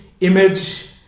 image